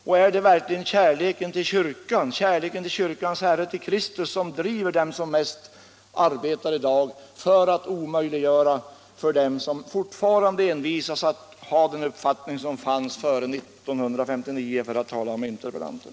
Och är det verkligen kärleken till kyrkan och kärleken till kyrkans Herre, till Kristus, som driver dem som i dag mest arbetar för att skapa en omöjlig situation för dem som fortfarande envisas med att ha den uppfattning som gällde före 1959, för att nu tala med interpellanten?